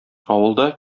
авылда